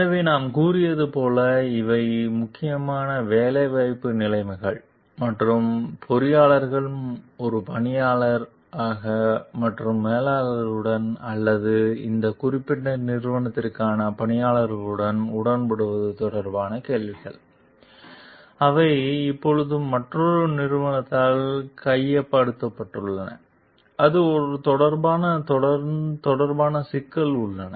எனவே நாம் கூறியது போல் இவை முக்கியமாக வேலைவாய்ப்பு நிலைமைகள் மற்றும் பொறியியலாளர் ஒரு பணியாளராக மற்றும் மேலாளர்களுடன் அல்லது இந்த குறிப்பிட்ட நிறுவனத்திற்கான பணியாளர்களுடன் உடன்படுவது தொடர்பான கேள்விகள் அவை இப்போது மற்றொரு நிறுவனத்தால் கையகப்படுத்தப்பட்டுள்ளன அது தொடர்பான சிக்கல்கள் உள்ளன